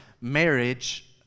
marriage